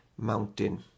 mountain